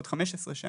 בעוד 15 שנה,